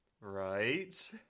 Right